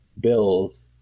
bills